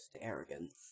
arrogance